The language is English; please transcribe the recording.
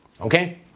Okay